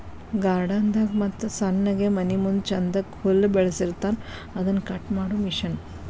garden ದಾಗ ಮತ್ತ ಸಣ್ಣಗೆ ಮನಿಮುಂದ ಚಂದಕ್ಕ ಹುಲ್ಲ ಬೆಳಸಿರತಾರ ಅದನ್ನ ಕಟ್ ಮಾಡು ಮಿಷನ್